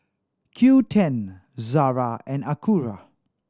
Qoo ten Zara and Acura